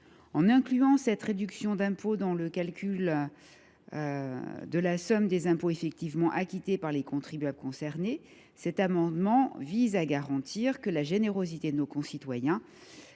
En incluant cette réduction d’impôt dans le calcul de la somme des impôts effectivement acquittés par les contribuables concernés, cet amendement vise à garantir que la générosité de nos concitoyens